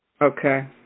okay